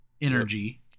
energy